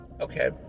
Okay